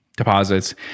deposits